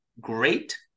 great